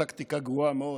טקטיקה גרועה מאוד,